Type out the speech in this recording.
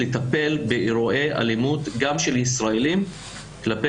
לטפל באירועי אלימות גם של ישראלים כלפי